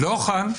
לא כאן.